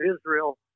Israel